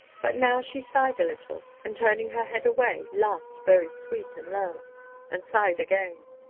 but now she sighed a little, and, turning her head away, laughed very sweet and low and sighed again.